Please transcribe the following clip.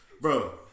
Bro